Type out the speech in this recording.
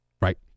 right